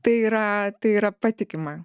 tai yra tai yra patikima